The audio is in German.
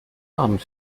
abend